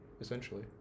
essentially